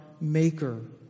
maker